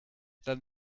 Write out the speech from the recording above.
than